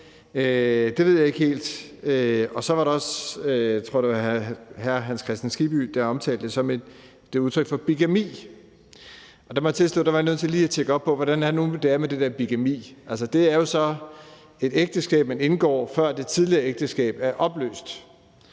Det ved jeg ikke helt. Så var der også, jeg tror, det var hr. Hans Kristian Skibby, der omtalte det som bigami. Der må jeg tilstå, at jeg lige var nødt til at tjekke op på, hvordan det nu er med det der bigami. Det er jo så et ægteskab, man indgår, før det tidligere ægteskab er opløst.